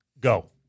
Go